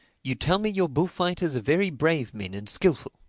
you tell me your bullfighters are very brave men and skilful.